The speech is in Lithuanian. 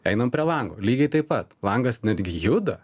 einam prie lango lygiai taip pat langas netgi juda